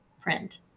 print